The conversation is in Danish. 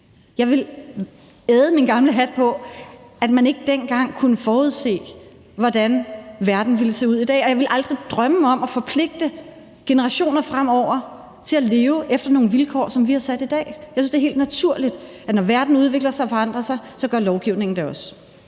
på flygtningekonventionen – ikke dengang kunne forudse, hvordan verden ville komme til at se ud. Jeg ville aldrig drømme om at forpligte fremtidige generationer til at leve efter nogle vilkår, som vi har sat i dag. Jeg synes, det er helt naturligt, at når verden udvikler sig og forandrer sig, gør lovgivningen det også.